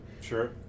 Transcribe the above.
Sure